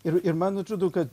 ir ir man atrodo kad